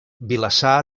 vilassar